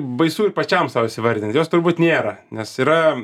baisu ir pačiam sau įsivardint jos turbūt nėra nes yra